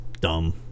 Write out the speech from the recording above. dumb